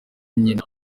nyina